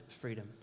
freedom